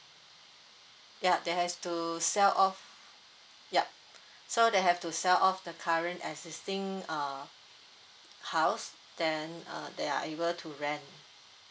ya they has to sell off yup so they have to sell off the current existing err house then uh they are able to rent